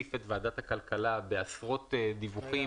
שלהציף את ועדת הכלכלה בעשרות דיווחים